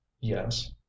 yes